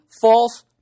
false